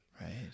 right